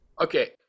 okay